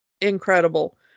incredible